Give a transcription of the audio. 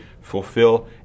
fulfill